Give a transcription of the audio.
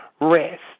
rest